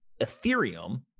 Ethereum